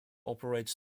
operates